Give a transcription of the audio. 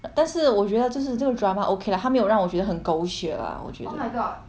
但是我觉得就是这个 drama okay lah 他没有让我觉得很狗血 lah 我觉得